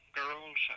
girls